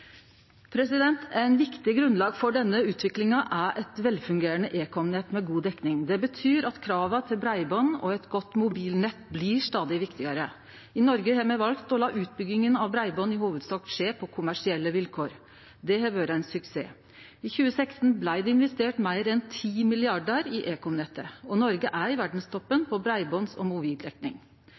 viktig grunnlag for denne utviklinga er eit velfungerande ekomnett med god dekning. Det betyr at krava til breiband og eit godt mobilnett blir stadig viktigare. I Noreg har me valt å la utbygginga av breiband i hovudsak skje på kommersielle vilkår. Det har vore ein suksess. I 2016 blei det investert meir enn 10 mrd. kr i ekomnettet, og Noreg er i verdstoppen når det gjeld breiband- og